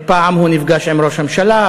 פעם הוא נפגש עם ראש הממשלה,